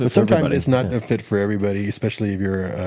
and sometimes it's not a fit for everybody, especially if you're